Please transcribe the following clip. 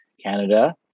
Canada